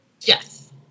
Yes